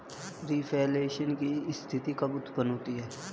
Reflation की स्थिति कब उत्पन्न होती है?